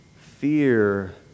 Fear